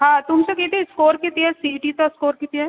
हां तुमचं किती स्कोर किती आहे सी ई टीचा स्कोर किती आहे